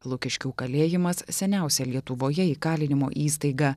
lukiškių kalėjimas seniausia lietuvoje įkalinimo įstaiga